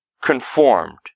conformed